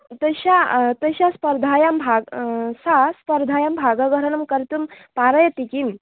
तस्याः तस्याः स्पर्धायां भा सा स्पर्धायां भागग्रहणं कर्तुं पारयति किं